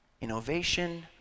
innovation